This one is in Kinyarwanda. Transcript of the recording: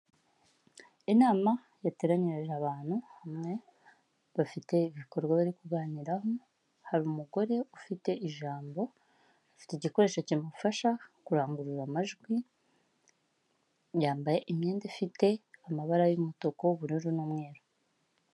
Inama yateranyirije abantu hamwe bafite ibikorwa bari kuganiraho, hari umugore ufite ijambo, afite igikoresho kimufasha kurangurura amajwi, yambaye imyenda ifite amabara y'umutuku, ubururu n'umweru.